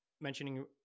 mentioning